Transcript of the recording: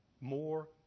more